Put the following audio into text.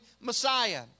Messiah